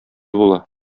була